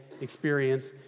experience